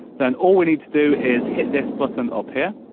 then all we need to do is hit this button up here,